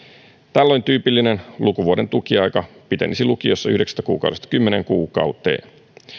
tällöin tyypillinen lukuvuoden tukiaika pitenisi lukiossa yhdeksästä kuukaudesta kymmeneen kuukauteen